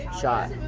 shot